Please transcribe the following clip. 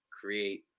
create